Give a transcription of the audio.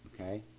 Okay